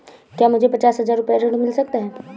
क्या मुझे पचास हजार रूपए ऋण मिल सकता है?